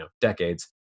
decades